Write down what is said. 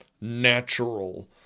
natural